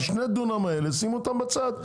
את שני הדונם האלה שימו בצד.